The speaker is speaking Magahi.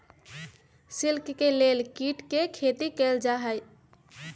सिल्क के लेल कीट के खेती कएल जाई छई